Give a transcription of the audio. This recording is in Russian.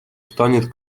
станет